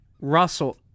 Russell